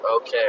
okay